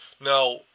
now